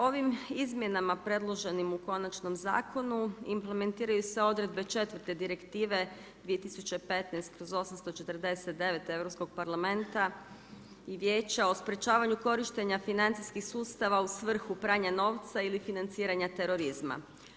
Ovim izmjenama predloženim u konačnom zakonu, implementiraju se odredbe 4 Direktive 2015/849 Europskog parlamenta i Vijeća o sprječavanju korištenja financijskih sustava u svrhu pranja novca ili financiranju terorizma.